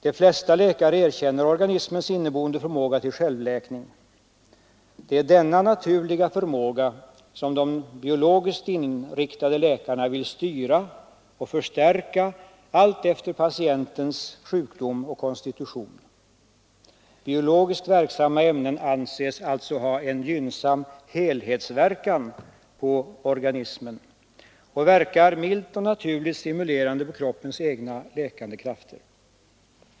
De flesta läkare erkänner organismens inneboende förmåga till självläkning. Det är denna naturliga förmåga som de biologiskt inriktade läkarna vill styra och förstärka allt efter patientens sjukdom och konstitution. Biologiskt verksamma ämnen anses alltså ha en gynnsam helhetsverkan på organismen och verkar milt och naturligt stimulerande på kroppens egna läkande krafter.